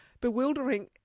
bewildering